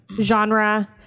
genre